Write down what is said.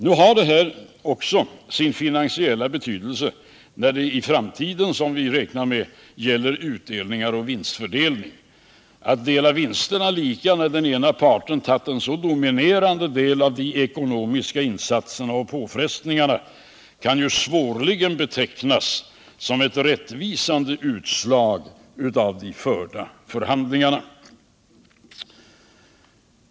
Nu har det här också sin finansiella betydelse när det i en framtid, som vi räknar med, gäller utdelningar och vinstfördelning. Att dela vinsterna lika när den ena parten tagit på sig en så dominerande del av de ekonomiska insatserna och påfrestningarna kan svårligen betecknas som ett rättvisande utslag av de förda förhandlingarna.